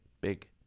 big